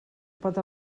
pot